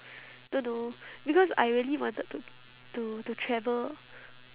don't know because I really wanted to to to travel